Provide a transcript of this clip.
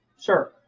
sure